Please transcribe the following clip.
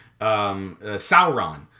Sauron